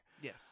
Yes